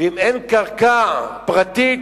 ואם אין קרקע פרטית,